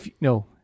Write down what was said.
No